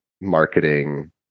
marketing